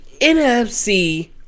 NFC